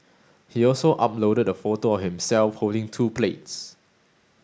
he also uploaded a photo himself holding two plates